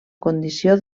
condició